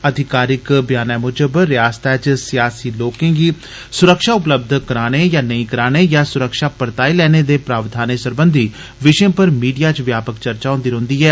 अधिकारिक व्यानै मुजब रिआसतै च सियासी लोकें गी सुरक्षा उपलब्ध कराने नेईं कराने जां सुरक्षा परताई लैने दे प्रावधानें सरबंधी विषयें पर मीडिया च व्यापक चर्चा बी होंदी रौंह्दी ऐ